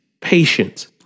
patience